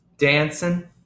dancing